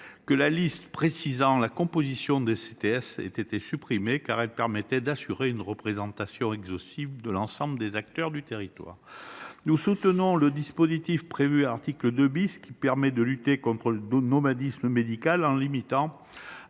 que la liste précisant la composition des CTS ait été supprimée, car elle permettait d’assurer une représentation exhaustive de l’ensemble des acteurs du territoire. Nous soutenons le dispositif prévu à l’article 2 , qui permet de lutter contre le nomadisme médical en limitant